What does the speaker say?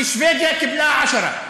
ושבדיה קיבלה עשרה.